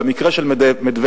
במקרה של מדוודב,